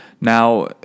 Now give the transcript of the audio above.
Now